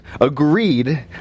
agreed